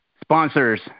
sponsors